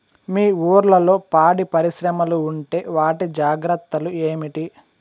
మీ ఊర్లలో పాడి పరిశ్రమలు ఉంటే వాటి జాగ్రత్తలు ఏమిటి